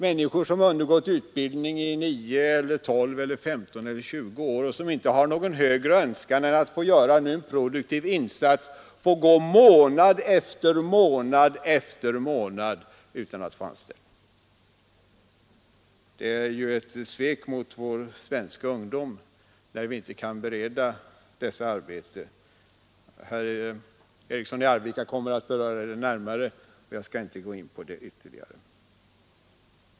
Människor, som undergått utbildning i 9, 12, 15 eller 20 år och som inte har någon högre önskan än att få göra en produktiv insats, får gå månad efter månad utan anställning. Det är ett svek mot vår svenska ungdom att vi inte kan bereda den arbete. Herr Eriksson i Arvika kommer att beröra detta ämne närmare, och jag skall inte gå in på det ytterligare.